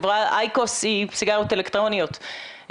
אייקוס היא סיגריות אלקטרוניות.